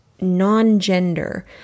non-gender